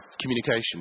communication